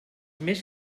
més